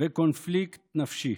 וקונפליקט נפשי.